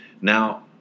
Now